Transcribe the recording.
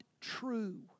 true